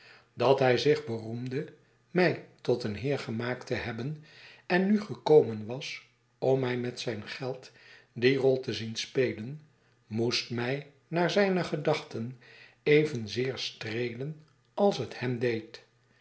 dat hij zich beroemde mij tot een heer gemaakt te hebben en nu gekomen was om mij met zijn geld die rol te zien spelen moest mrf naar zijne gedachten evenzeer streelen als het hem deed